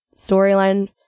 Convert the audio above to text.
storyline